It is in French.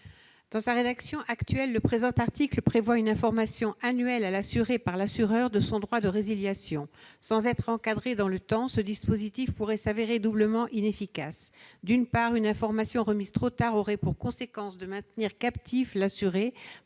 Dans sa rédaction actuelle, le présent article prévoit une information annuelle à l'assuré par l'assureur de son droit de résiliation. Sans être encadré dans le temps, ce dispositif pourrait s'avérer doublement inefficace. D'une part, une information remise trop tard aurait pour conséquence de maintenir captif l'assuré